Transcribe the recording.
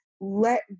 let